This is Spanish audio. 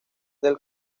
del